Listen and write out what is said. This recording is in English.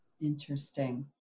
interesting